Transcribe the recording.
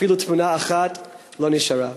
אפילו תמונה אחת לא נשארה.